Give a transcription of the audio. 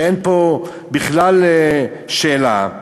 אין פה בכלל שאלה.